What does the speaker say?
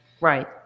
Right